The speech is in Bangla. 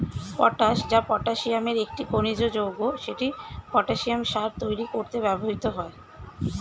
পটাশ, যা পটাসিয়ামের একটি খনিজ যৌগ, সেটি পটাসিয়াম সার তৈরি করতে ব্যবহৃত হয়